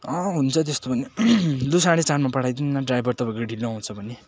हुन्छ त्यस्तो पनि लु साँढे चारमा पठाइदिनु न ड्राइभर तपाईँको ढिलो आउँछ भने